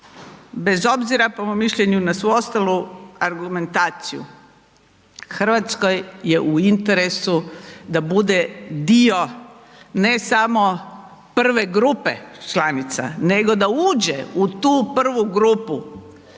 bez obzira po mom mišljenju na svu ostalu argumentaciju RH je u interesu da bude dio ne samo prve grupe članica nego da uđe u tu prvu grupu